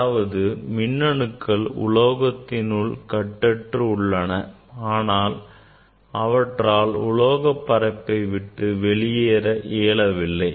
அதாவது மின்னணுக்கள் உலோகத்தினுள் கட்டற்று உள்ளன ஆனால் அவற்றால் உலோகப் பரப்பை விட்டு வெளியேற இயலவில்லை